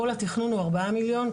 כל התכנון הוא ארבעה מיליון,